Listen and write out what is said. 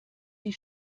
die